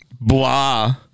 blah